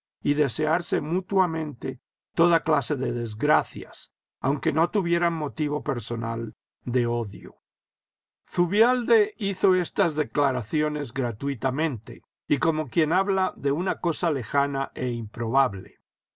y desearse mutuamente toda clase de desgracias aunque no tuvieran motivo personal de odio zubialde hizo estas declaraciones gratuitamente y como quien habla de una cosa lejana e improbable